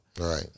Right